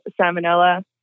salmonella